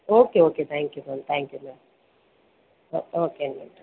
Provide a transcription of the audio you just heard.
okay okay thank you ma'am thank you ma'am oh ஓகேங்க ma'am